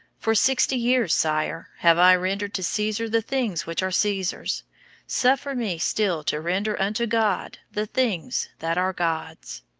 for sixty years, sire, have i rendered to caesar the things which are caesar's suffer me still to render unto god the things that are god's.